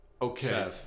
Okay